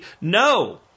No